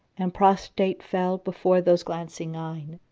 and prostrate fell before those glancing eyne!